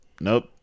nope